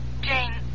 Jane